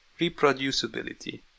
Reproducibility